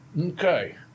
Okay